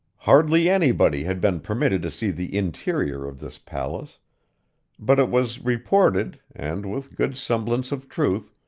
hardly anybody had been permitted to see the interior of this palace but it was reported, and with good semblance of truth,